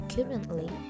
Currently